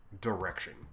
direction